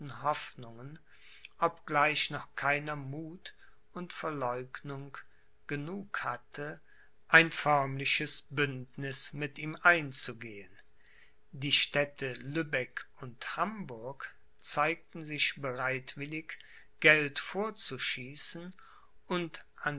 hoffnungen obgleich noch keiner muth und verleugnung genug hatte ein förmliches bündniß mit ihm einzugehen die städte lübeck und hamburg zeigten sich bereitwillig geld vorzuschießen und